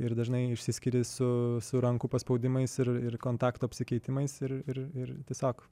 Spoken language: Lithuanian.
ir dažnai išsiskiri su su rankų paspaudimais ir ir kontaktų apsikeitimais ir ir ir tiesiog